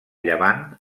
llevant